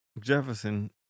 Jefferson